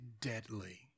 deadly